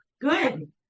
good